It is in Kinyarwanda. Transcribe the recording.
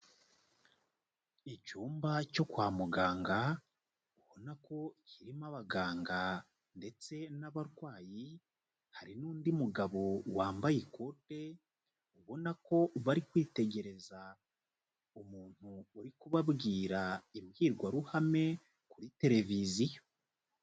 Icyumba cyo kwa muganga, ubona ko kirimo abaganga ndetse n'abarwayi, hari n'undi mugabo wambaye ikote, ubona ko bari kwitegereza umuntu uri kubabwira imbwirwaruhame kuri televiziyo.